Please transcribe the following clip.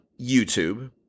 YouTube